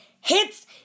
hits